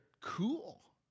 Cool